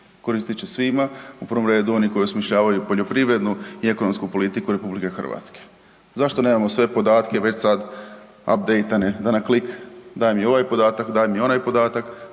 Koristit će svima, u prvom redu oni koji osmišljavaju poljoprivrednu i ekonomsku politiku RH. Zašto nemao sve podatke već sad apdejtane da na klik daj mi ovaj podatak, daj mi onaj podatak,